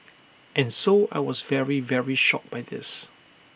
and so I was very very shocked by this